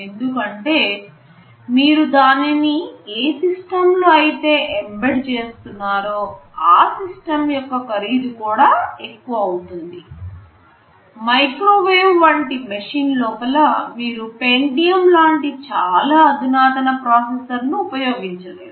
ఎందుకంటే మీరు దానిని ఏ సిస్టంలో అయితే ఎంబెడ్ చేస్తున్నారో ఆ సిస్టం యొక్క ఖరీదు కూడా ఎక్కువ అవుతుంది మైక్రోవేవ్ వంటి మెషిన్ లోపల మీరు పెంటియమ్ లాంటి చాలా అధునాతన ప్రాసెసర్ ను ఉపయోగించలేరు